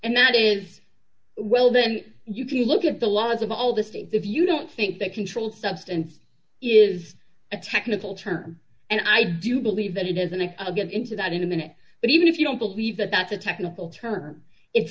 and that is well then you can look at the laws of all the states if you don't think that controlled substance is a technical term and i do believe that it is and i get into that in a minute but even if you don't believe that that's a technical term it